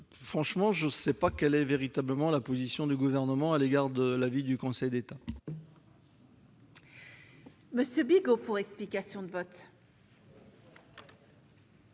je ne sais toujours pas quelle est véritablement la position du Gouvernement à l'égard de l'avis du Conseil d'État